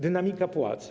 Dynamika płac.